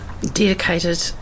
Dedicated